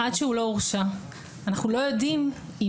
עד שהוא לא הורשע אנחנו לא יודעים אם